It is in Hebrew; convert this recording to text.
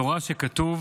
תורה, שכתוב